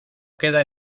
queda